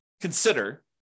consider